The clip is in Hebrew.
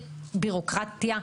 בירוקרטיה,